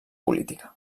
política